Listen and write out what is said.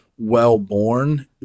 well-born